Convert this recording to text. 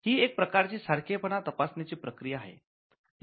ही एक प्रकारची सारखेपणा तपासण्याची प्रक्रिया आहे